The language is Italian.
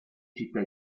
città